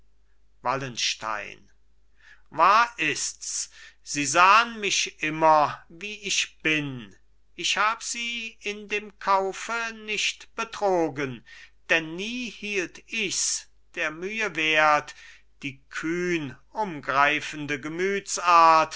wallenstein wahr ists sie sahn mich immer wie ich bin ich hab sie in dem kaufe nicht betrogen denn nie hielt ichs der mühe wert die kühn umgreifende